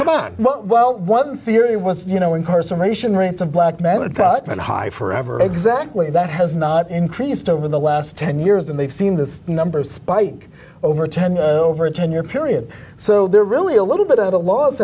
what well one theory was you know incarceration rates a black man a top and high forever exactly that has not increased over the last ten years and they've seen this number spike over ten busy for a ten year period so they're really a little bit at a loss